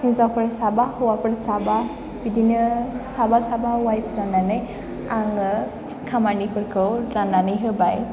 हिन्जावफोर साबा हौवाफोर साबा बिदिनो साबा साबा वाइज रान्नानै आङो खामानिफोरखौ रान्नानै होबाय